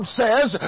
says